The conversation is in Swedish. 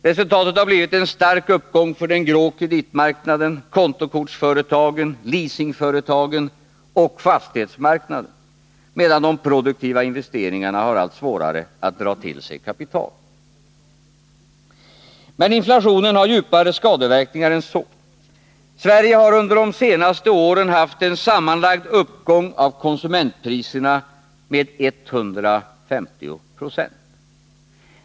Resultatet har blivit en stark uppgång för den grå kreditmarknaden, kontokortsföretagen, leasingföretagen och fastighetsmarknaden, medan de produktiva investeringarna har allt svårare att attrahera kapital. Men inflationen har djupare skadeverkningar än så. Sverige har under de senaste åren haft en sammanlagd uppgång av konsumentpriserna med 150 20.